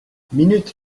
minute